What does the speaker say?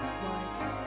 white